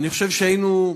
ואני חושב שהיינו,